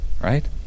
right